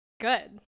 good